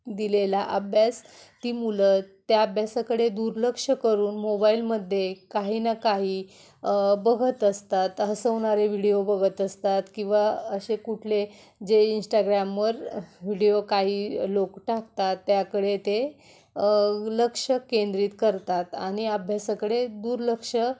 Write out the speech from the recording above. दिलेला अभ्यास ती मुलं त्या अभ्यासाकडे दुर्लक्ष करून मोबाईलमध्ये काही ना काही बघत असतात हसवणारे व्हिडीओ बघत असतात किंवा असे कुठले न जे इंस्टाग्रामवर व्हिडिओ काही लोक टाकतात त्याकडे ते लक्ष केंद्रित करतात आणि अभ्यासाकडे दुर्लक्ष